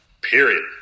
Period